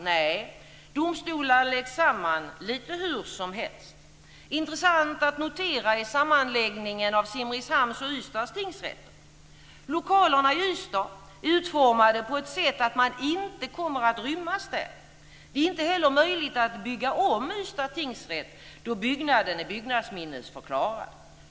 Nej, domstolar läggs samman lite hur som helst. Intressant att notera är sammanläggningen av Ystad är utformade på ett sådant sätt att man inte kommer att rymmas där. Det är inte heller möjligt att bygga om Ystads tingsrätt, då byggnaden är byggnadsminnesförklarad.